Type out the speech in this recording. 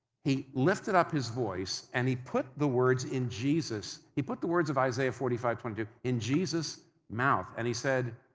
he lifted up his voice and he put the words in jesus, he put the words of isaiah forty five twenty two in jesus' mouth and he said,